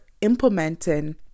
implementing